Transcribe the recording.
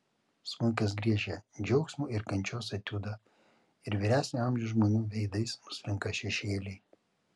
smuikas griežia džiaugsmo ir kančios etiudą ir vyresnio amžiaus žmonių veidais nuslenka šešėliai